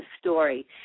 story